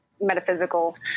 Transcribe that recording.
metaphysical